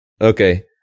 okay